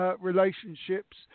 Relationships